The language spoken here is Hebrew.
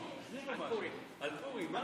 פורים.